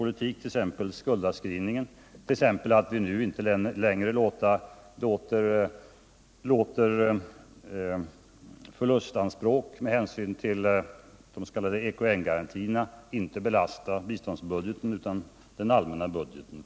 Jag tänker t.ex. på skuldavskrivningen och att vi inte längre låter förlustanspråk med hänsyn till de s.k. EKN-garantierna belasta biståndsbudgeten, utan den allmänna budgeten.